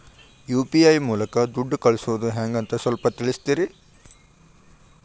UPI ಮೂಲಕ ದುಡ್ಡು ಕಳಿಸೋದ ಹೆಂಗ್ ಅಂತ ಸ್ವಲ್ಪ ತಿಳಿಸ್ತೇರ?